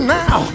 now